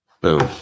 Boom